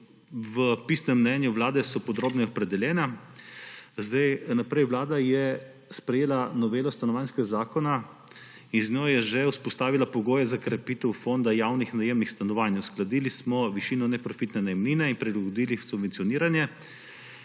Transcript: V pisnem mnenju Vlade so podrobneje opredeljene. Naprej. Vlada je sprejela novelo Stanovanjskega zakona in z njo je že vzpostavila pogoje za krepitev fonda javnih najemnih stanovanj. Uskladili smo višino neprofitne najemnine in prilagodili subvencioniranje,